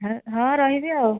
ହଁ ହଁ ରହିବି ଆଉ